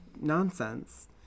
nonsense